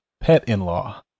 pet-in-law